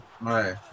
right